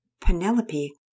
Penelope